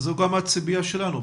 זו גם הציפייה שלנו.